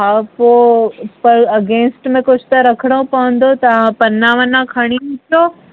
हा पो पर अगेंस्ट में कुझु त रखणो पवंदो तां पना वना खणी ईंदो